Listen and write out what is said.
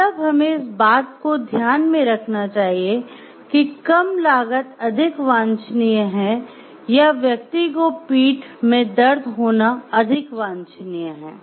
मतलब हमें इस बात को ध्यान में रखना चाहिए कि कम लागत अधिक वांछनीय है या व्यक्ति को पीठ में दर्द होना अधिक वांछनीय है